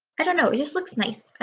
i don't know it just looks nice.